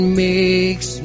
makes